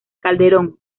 calderón